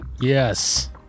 Yes